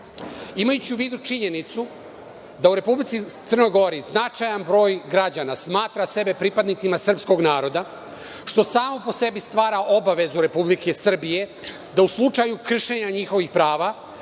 imajući u vidu činjenicu da u Republici Crnoj Gori značajan broj građana smatra sebe pripadnicima srpskog naroda, što samo po sebi stvara obavezu Republike Srbije, da u slučaju kršenja njihovih prava